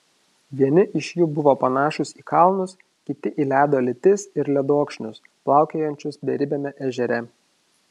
vieni iš jų buvo panašūs į kalnus kiti į ledo lytis ir ledokšnius plaukiojančius beribiame ežere